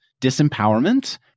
disempowerment